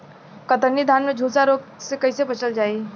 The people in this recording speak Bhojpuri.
कतरनी धान में झुलसा रोग से कइसे बचल जाई?